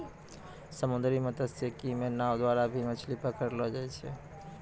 समुन्द्री मत्स्यिकी मे नाँव द्वारा भी मछली पकड़लो जाय छै